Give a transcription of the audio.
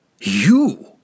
You